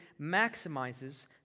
maximizes